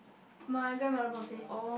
my grandmother birthday